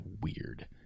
weird